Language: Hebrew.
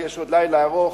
יש עוד לילה ארוך,